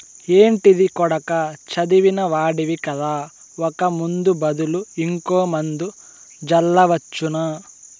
ఏంటిది కొడకా చదివిన వాడివి కదా ఒక ముందు బదులు ఇంకో మందు జల్లవచ్చునా